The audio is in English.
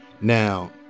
Now